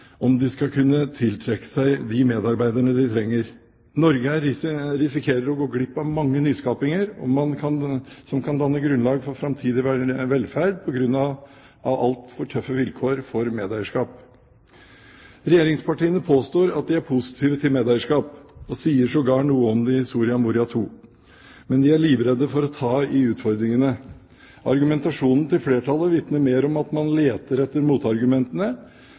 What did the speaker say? om de skal kunne tiltrekke seg de medarbeiderne de trenger. Norge risikerer å gå glipp av mange nyskapinger som kan danne grunnlag for framtidig velferd, på grunn av altfor tøffe vilkår for medeierskap. Regjeringspartiene påstår at de er positive til medeierskap, og sier sågar noe om det i Soria Moria II, men de er livredde for å ta i utfordringene. Argumentasjonen til flertallet vitner mer om at man leter etter motargumentene.